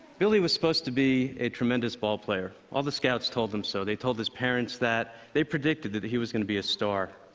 billy was supposed to be a tremendous ballplayer all the scouts told him so. they told his parents that they predicted that he was going to be a star.